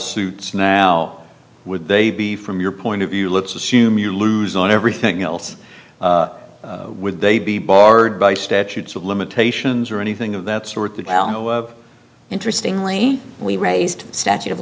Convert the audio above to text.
suits now would they be from your point of view let's assume you lose on everything else would they be barred by statutes of limitations or anything of that sort that interestingly we raised statute of